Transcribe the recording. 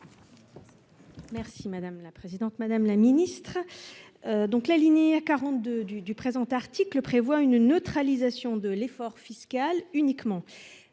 Merci madame la présidente, madame la Ministre, donc la lignée à 42 du du présent article prévoit une neutralisation de l'effort fiscal uniquement